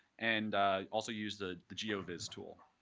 and also use the the geo viz tool.